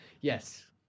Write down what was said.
Yes